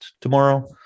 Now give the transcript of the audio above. tomorrow